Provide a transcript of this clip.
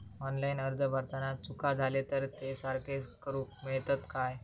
Online अर्ज भरताना चुका जाले तर ते सारके करुक मेळतत काय?